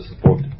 support